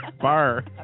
Bar